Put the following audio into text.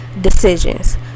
decisions